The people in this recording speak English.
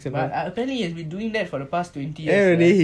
but I tell you he has been doing that for the past twenty years